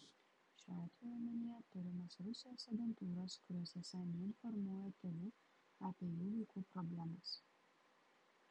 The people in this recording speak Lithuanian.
šiuo atveju omenyje turimos rusijos agentūros kurios esą neinformuoja tėvų apie jų vaikų problemas